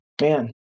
Man